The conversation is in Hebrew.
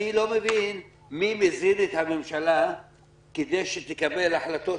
אני לא מבין מי מזין את הממשלה כדי שתקבל החלטות